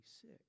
sick